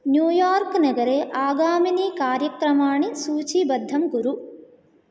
न्यूयार्क्नगरे आगामिनि कार्यक्रमाणि सूचिबद्धं कुरु